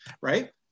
right